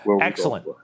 excellent